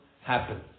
happen